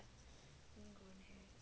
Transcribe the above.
mm